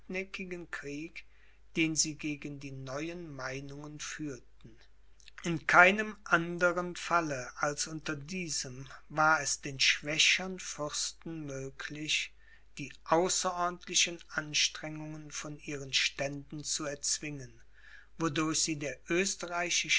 krieg den sie gegen die neuen meinungen führten in keinem andere falle als unter diesem war es den schwächern fürsten möglich die außerordentlichen anstrengungen von ihren ständen zu erzwingen wodurch sie der